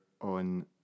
on